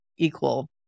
equal